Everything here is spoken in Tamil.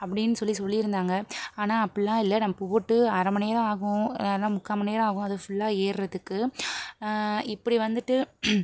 அப்படின்னு சொல்லி சொல்லி இருந்தாங்க ஆனால் அப்படிலாம் இல்லை நம்ம போட்டு அரை மணி நேரம் ஆகும் இல்லை முக்கால் மணி நேரம் ஆகும் அது ஃபுல்லாக ஏறுவதுக்கு இப்படி வந்துட்டு